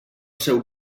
seu